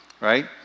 right